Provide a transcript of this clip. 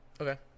okay